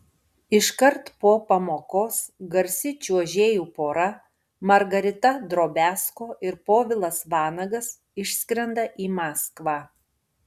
iškart po pamokos garsi čiuožėjų pora margarita drobiazko ir povilas vanagas išskrenda į maskvą